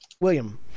William